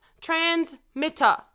transmitter